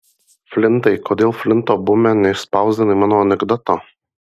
flintai kodėl flinto bume neišspausdinai mano anekdoto